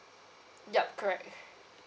yup correct